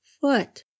foot